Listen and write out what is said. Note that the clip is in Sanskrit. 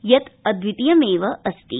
यत् अद्धितीयम् अस्ति